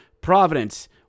Providence